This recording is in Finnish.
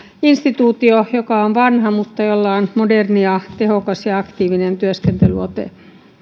instituutio joka on vanha mutta jolla on moderni ja tehokas ja ja aktiivinen työskentelyote